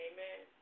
Amen